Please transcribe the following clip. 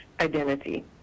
identity